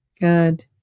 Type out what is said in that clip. good